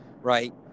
right